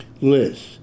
Liz